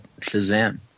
Shazam